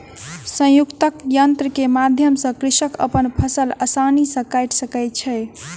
संयुक्तक यन्त्र के माध्यम सॅ कृषक अपन फसिल आसानी सॅ काइट सकै छै